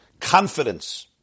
confidence